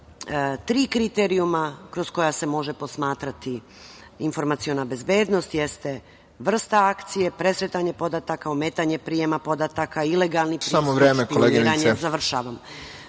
tri kriterijuma kroz koja se može posmatrati informaciona bezbednost jeste vrsta akcije, presretanje podataka, ometanje prijema podataka, ilegalno prisluškivanje, uništavanje